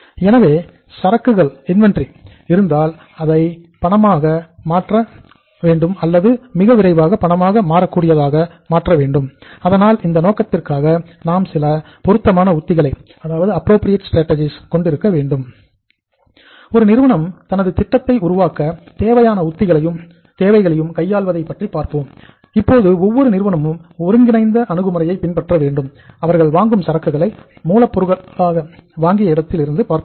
எனவே சரக்குகள் மூலப் பொருளாக வாங்கிய இடத்தில் இருந்து பார்க்க வேண்டும்